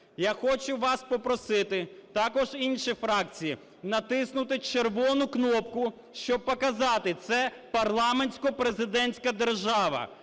Я хочу вас попросити, так інші фракції натиснути червону кнопку, щоб показати: це парламентсько-президентська держава.